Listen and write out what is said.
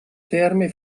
ferme